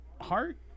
heart